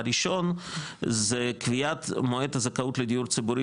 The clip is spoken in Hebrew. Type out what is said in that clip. הראשונה זה קביעת מועד הזכאות לדיור ציבורי